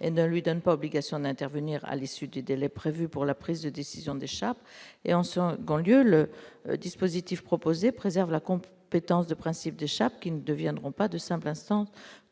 et ne lui donne pas obligation d'intervenir à l'issue du délai prévu pour la prise de décision des chats et en sort le dispositif proposé préserve la compétence de principe de Chaplin deviendront pas de simples instance consultative